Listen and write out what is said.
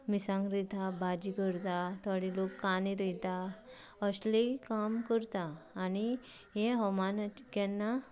मिरसांग रोयता भाजी करता थोडे लोक कांदे रोयता अशलीं काम करता आनी हे हवमानाचें केन्ना